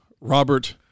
Robert